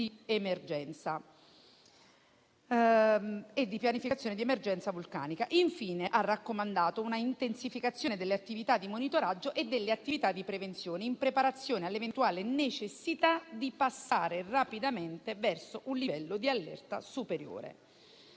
previsti dalla pianificazione di emergenza vulcanica». Infine, ha raccomandato un'intensificazione delle attività di monitoraggio e delle attività di prevenzione in preparazione all'eventuale necessità di passare rapidamente verso un livello di allerta superiore.